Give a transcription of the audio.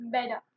Better